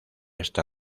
esta